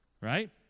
right